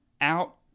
out